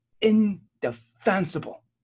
indefensible